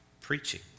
preaching